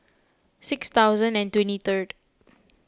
six thousand and twenty third